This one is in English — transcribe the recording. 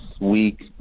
week